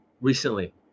Recently